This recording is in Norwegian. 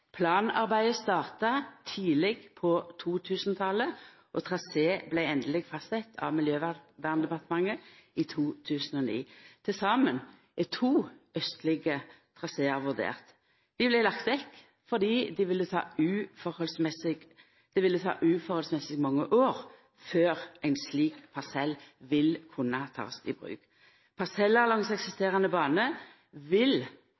Planarbeidet starta tidleg på 2000-talet, og trasé vart endeleg fastsett av Miljøverndepartementet i 2009. Til saman er to austlege trasear vurderte. Dei vart lagde vekk fordi det etter måten ville ta altfor mange år før ein slik parsell kunne takast i bruk. Parsellar langs eksisterande bane vil